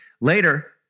later